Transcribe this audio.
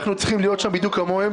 אנחנו צריכים להיות שם בדיוק כמוהם,